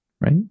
Right